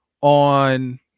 on